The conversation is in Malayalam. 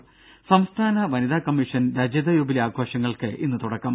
ദ്ദേ സംസ്ഥാന വനിതാ കമ്മീഷൻ രജത ജൂബിലി ആഘോഷങ്ങൾക്ക് ഇന്ന് തുടക്കം